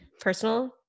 personal